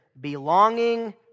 belonging